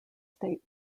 state